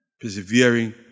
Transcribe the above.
persevering